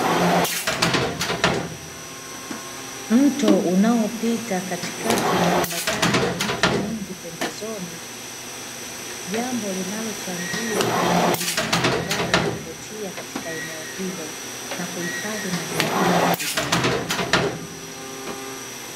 Mto unaopita katikati ya ukiambatana na miti mingi pembezoni jambo linalochangia ubaridi na mandhari ya kuvutia katika eneo hilo na kuhifadhi mazingira asilia.